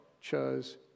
chose